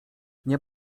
nie